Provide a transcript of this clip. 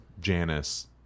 Janice